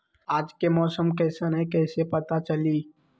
आज के मौसम कईसन हैं कईसे पता चली?